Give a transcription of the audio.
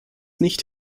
nicht